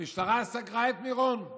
המשטרה סגרה את מירון,